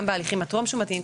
בהליכים טרום-שומתיים,